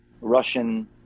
Russian